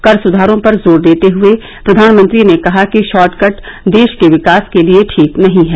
कर सुधारों पर जोर देते हुए प्रधानमंत्री ने कहा कि शॉर्ट कट देश के विकास के लिए ठीक नहीं है